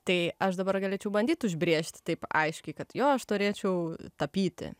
tai aš dabar galėčiau bandyt užbrėžti taip aiškiai kad jo aš turėčiau tapyti